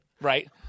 Right